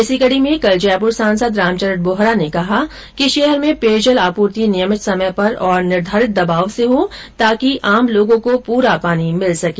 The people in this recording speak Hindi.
इसी कडी में कल जयपुर सांसद रामचरण बोहरा ने कहा कि शहर में पेयजल आपूर्ति नियमित समय पर और निर्धारित दबाव से हो ताकि आम लोगों को पूरा पानी मिल सके